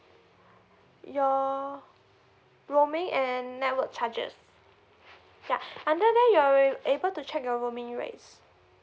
your roaming and network charges yeah under there you are able to check your roaming rates